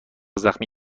زخمی